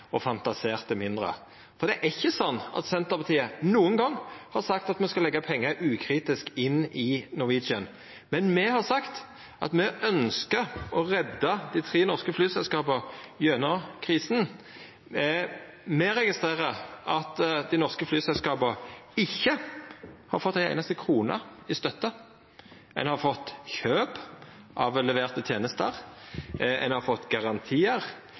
og fantaserte mindre, for det er ikkje sånn at Senterpartiet nokon gong har sagt at me skal leggja pengar ukritisk inn i Norwegian, men me har sagt at me ønskjer å redda dei tre norske flyselskapa gjennom krisen. Me registrerer at dei norske flyselskapa ikkje har fått ei einaste krone i støtte. Ein har fått kjøp av leverte tenester, ein har fått garantiar,